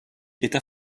état